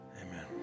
Amen